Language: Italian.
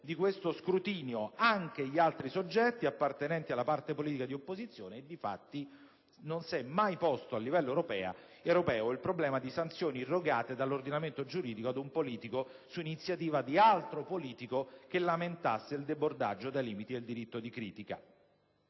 di questo scrutinio anche gli altri soggetti appartenenti alla parte politica di opposizione. E, difatti, non si è mai posto a livello europeo il problema di sanzioni irrogate dall'ordinamento giuridico ad un politico su iniziativa di altro politico che lamentasse il debordaggio dai limiti del diritto di critica.